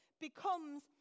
becomes